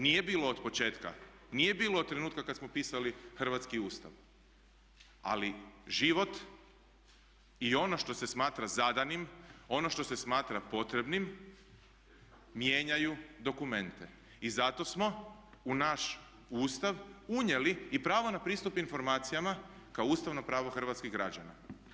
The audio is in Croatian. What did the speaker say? Nije bilo od početka, nije bilo od trenutka kad smo pisali Hrvatski ustav, ali život i ono što se smatra zadanim, ono što se smatra potrebnim mijenjaju dokumente i zato smo u naš Ustav unijeli i pravo na pristup informacijama kao ustavno pravo hrvatskih građana.